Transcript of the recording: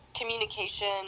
communication